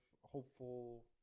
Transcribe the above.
hopeful